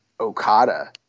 Okada